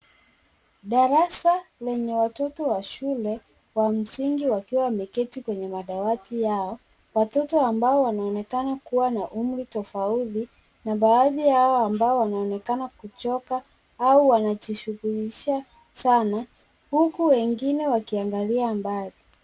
Darasa lenye watoto wa shule wa msingi wakiwa wameketi kwenye madawati yao. Watoto ambao wanaonekana kuwa na umri tofauti na baadhi yao ambao wanaonekana kuchoka au wanajishughulisha sana huku wengine wakiangalia mbali.